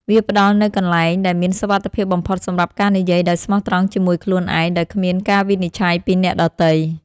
វាផ្ដល់នូវកន្លែងដែលមានសុវត្ថិភាពបំផុតសម្រាប់ការនិយាយដោយស្មោះត្រង់ជាមួយខ្លួនឯងដោយគ្មានការវិនិច្ឆ័យពីអ្នកដទៃ។